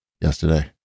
yesterday